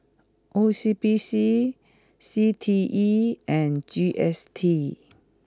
O C B C C T E and G S T